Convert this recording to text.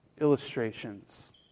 illustrations